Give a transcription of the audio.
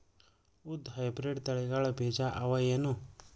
ಉದ್ದ ಹೈಬ್ರಿಡ್ ತಳಿಗಳ ಬೀಜ ಅವ ಏನು?